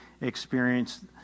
experience